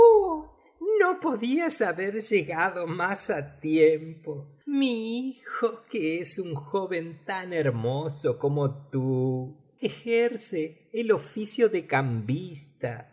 no podías haber llegado más á tiempo mi hijo que es un joven tan hermoso como tú ejerce el oficio de cambista y